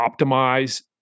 optimize